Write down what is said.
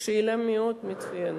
שאלה מצוינת,